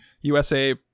usa